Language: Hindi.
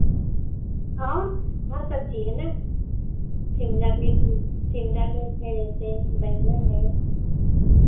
हाँ हर सब्ज़ी है ना शिमला मिर्च है शिमला मिर्च है जैसे बैंगन है